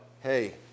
Hey